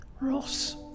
Ross